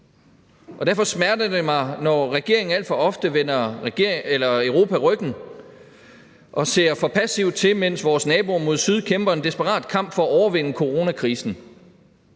og derfor smerter det mig, når regeringen alt for ofte vender Europa ryggen og ser passivt til, mens vores naboer mod syd kæmper en desperat kamp for at overvinde coronakrisen.